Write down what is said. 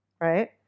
right